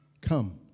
Come